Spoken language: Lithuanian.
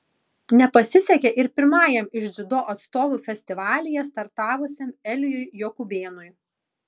nepasisekė ir pirmajam iš dziudo atstovų festivalyje startavusiam elijui jokubėnui